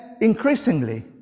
increasingly